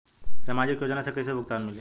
सामाजिक योजना से कइसे भुगतान मिली?